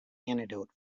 antidote